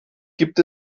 gibt